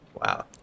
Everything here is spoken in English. Wow